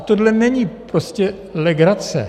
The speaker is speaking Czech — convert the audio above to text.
Tohle není prostě legrace.